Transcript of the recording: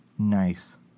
Nice